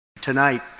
Tonight